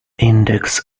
index